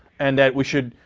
and that we should.